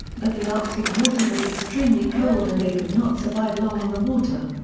but the arctic water was extremely cold and they could not survive long in the water.